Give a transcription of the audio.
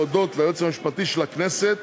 אני רוצה להודות ליועץ המשפטי של הכנסת